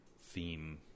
theme